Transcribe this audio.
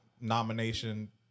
nomination